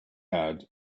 had